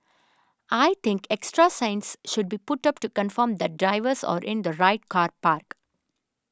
I think extra signs should be put up to confirm that drivers are in the right car park